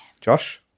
Josh